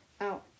out